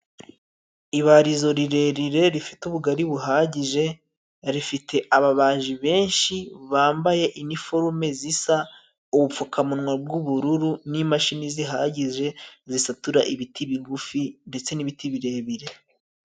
Ibarizo rirerire rifite ubugari buhagije, rifite ababaji benshi bambaye iniforume zisa ,ubupfukamunwa bw'ubururu n'imashini zihagije zisatura ibiti bigufi ndetse n'ibiti birebire.